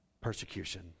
Persecution